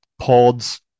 pods